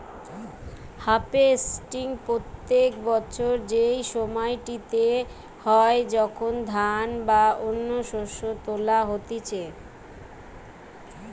harvesting প্রত্যেক বছর সেই সময়টিতে হয় যখন ধান বা অন্য শস্য তোলা হতিছে